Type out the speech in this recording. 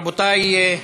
רבותי,